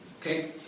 Okay